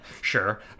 sure